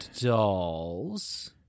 Dolls